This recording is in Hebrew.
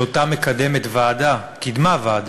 ואותה קידמה ועדה